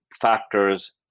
factors